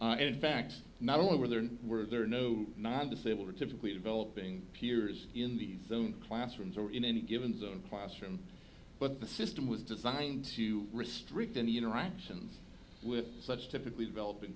right in fact not only were there were there no non disabled or typically developing peers in the film classrooms or in any given phone classroom but the system was designed to restrict any interaction with such typically developing